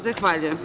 Zahvaljujem.